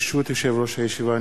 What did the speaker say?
ברשות יושב-ראש הישיבה,